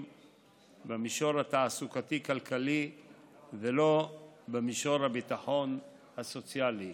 במישור התעסוקתי-כלכלי ולא במישור הביטחון הסוציאלי.